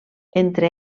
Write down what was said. entre